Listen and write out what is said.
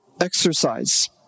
exercise